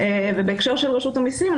בהקשר של רשות המסים,